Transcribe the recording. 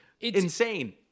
insane